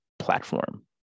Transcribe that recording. Platform